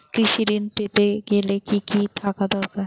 কৃষিঋণ পেতে গেলে কি কি থাকা দরকার?